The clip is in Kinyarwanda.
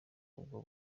ubwo